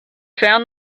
found